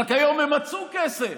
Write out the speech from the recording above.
ורק היום הם מצאו כסף,